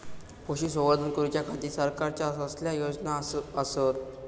पशुसंवर्धन करूच्या खाती सरकारच्या कसल्या योजना आसत?